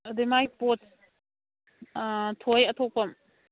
ꯑꯗꯨ ꯃꯥꯏ ꯄꯣꯠ ꯑꯥ ꯊꯣꯏ ꯑꯊꯣꯛꯄꯝ